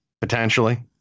potentially